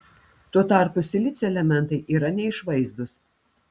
tuo tarpu silicio elementai yra neišvaizdūs